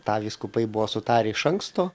tą vyskupai buvo sutarę iš anksto